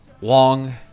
long